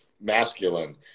masculine